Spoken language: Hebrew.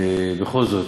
בכל זאת,